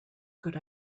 good